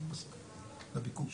לביקוש.